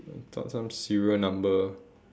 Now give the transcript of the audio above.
thought some serial number